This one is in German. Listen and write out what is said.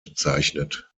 bezeichnet